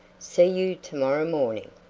see you to-morrow morning.